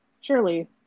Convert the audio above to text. Surely